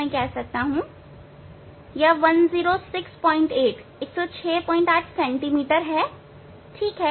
मैं कह सकता हूं 1068 सेंटीमीटर ठीक है